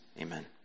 amen